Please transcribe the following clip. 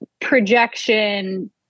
projection